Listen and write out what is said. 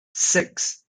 six